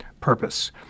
purpose